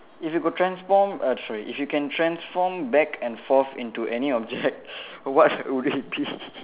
if you could transform err sorry if you can transform back and forth into any object what would it be